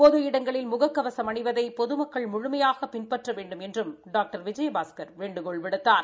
பொது இடங்களில் முக கவசம் அணிவதை பொதுமக்கள் முழுமையாக பின்பற்ற வேண்டுமென்றும் டாக்டர் விஜயபாஸ்கர் வேண்டுகோள் விடுத்தார்